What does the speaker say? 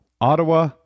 Ottawa